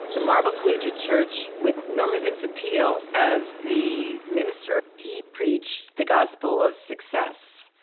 the marble collegiate church, with norman vincent peale as the minister, he preached the gospel of success.